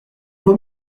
vaut